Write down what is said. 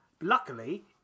Luckily